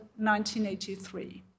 1983